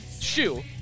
shoe